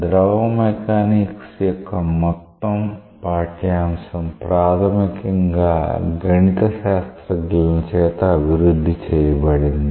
ద్రవ మెకానిక్స్ యొక్క మొత్తం పాఠ్యాంశం ప్రాథమికంగా గణితశాస్త్రజ్ఞుల చేత అభివృద్ధి చేయబడింది